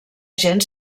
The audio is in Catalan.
gent